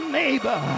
neighbor